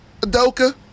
Adoka